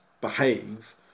behave